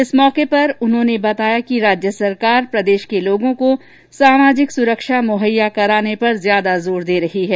इस मौके पर उन्होंने बताया कि राज्य सरकार प्रदेश के लोगों को सामाजिक सुरक्षा मुहैया कराने पर ज्यादा जोर दे रही है